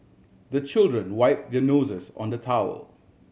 the children wipe their noses on the towel